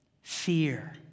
fear